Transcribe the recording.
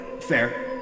Fair